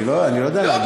תבררו את זה, אני לא יודע.